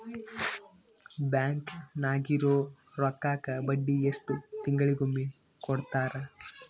Bank ನಾಗಿರೋ ರೊಕ್ಕಕ್ಕ ಬಡ್ಡಿ ಎಷ್ಟು ತಿಂಗಳಿಗೊಮ್ಮೆ ಕೊಡ್ತಾರ?